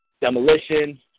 Demolition